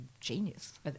genius